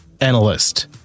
analyst